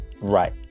right